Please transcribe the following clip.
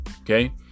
okay